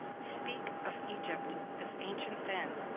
speak of egypt as ancient then,